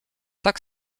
tak